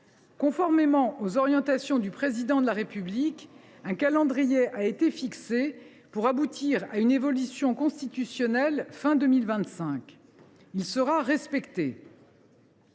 Conformément aux orientations annoncées par le Président de la République, un calendrier a été fixé pour aboutir à une évolution constitutionnelle à la fin 2025. Il sera respecté.